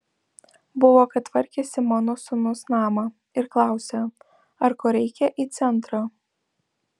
buvo kad tvarkėsi mano sūnus namą ir klausia ar ko reikia į centrą